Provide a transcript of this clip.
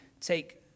take